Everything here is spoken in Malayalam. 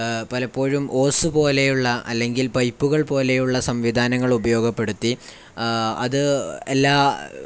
പലപ്പോഴും ഓസ് പോലെയുള്ള അല്ലെങ്കിൽ പൈപ്പുകൾ പോലെയുള്ള സംവിധാനങ്ങൾ ഉപയോഗപ്പെടുത്തി അത് എല്ലാ